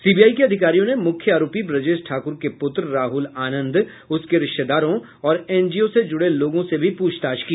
CBI के अधिकारियों ने मुख्य आरोपी ब्रजेश ठाकुर के पुत्र राहुल आनंद उसके रिश्तेदारों और एनजीओ से जुड़े लोगों से भी पूछताछ की